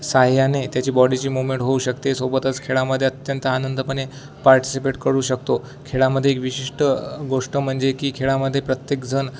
साह्याने त्याची बॉडीची मुवमेंट होऊ शकते सोबतच खेळामध्ये अत्यंत आनंदपणे पार्टिसिपेट करू शकतो खेळामध्ये एक विशिष्ट गोष्ट म्हणजे की खेळामध्ये प्रत्येकजण